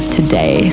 today